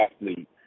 athlete